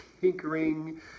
tinkering